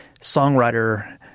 songwriter